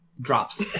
drops